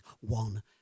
one